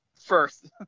first